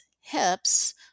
hips